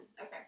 Okay